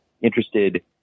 interested